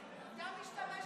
אינו נוכח דסטה גדי יברקן,